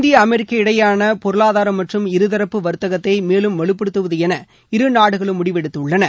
India America இடையேயான பொருளாதாரம் மற்றும் இருதரப்பு வாத்தகத்தை மேலும் வலுப்படுத்துவது என இருநாடுகளும் முடிவெடுத்துள்ளன